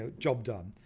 ah job done.